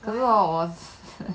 可是我